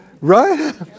Right